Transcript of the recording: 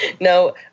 No